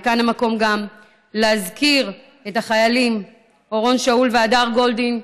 וכאן המקום גם להזכיר את החיילים אורון שאול והדר גולדין,